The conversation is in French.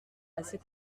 assez